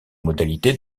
modalités